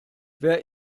wer